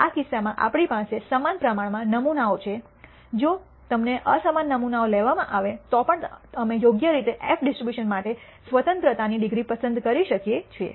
આ કિસ્સામાં આપણી પાસે સમાન પ્રમાણમાં નમૂનાઓ છે જો તમને અસમાન નમૂનાઓ લેવામાં આવે તો પણ અમે યોગ્ય રીતે એફ ડિસ્ટ્રીબ્યુશન માટે સ્વતંત્રતાની ડિગ્રી પસંદ કરી શકીએ છીએ